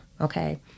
okay